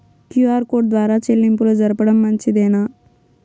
QR code ద్వారా చెల్లింపులు జరపడం మంచిదేనా?